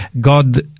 God